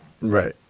Right